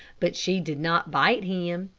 but she did not bite him.